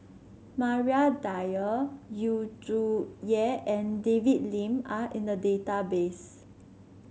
Maria Dyer Yu Zhuye and David Lim are in the database